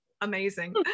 amazing